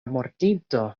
mortinto